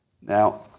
Now